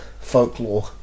folklore